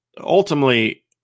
ultimately –